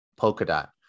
Polkadot